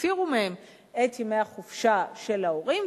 החסירו מהם את ימי החופשה של ההורים,